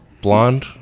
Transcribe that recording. Blonde